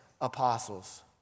apostles